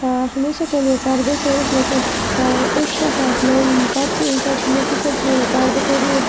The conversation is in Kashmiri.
ہمیشہ کے لیے پَردَے کٔرِتھ لیکِن أچھِ چھِ آسان اَسہِ نَنہِ پَتہٕ چھِ ییٚمہِ ساتہٕ مُفتی صٲب چھِ وَنان پَردٕ کٔرِو ییٚلہِ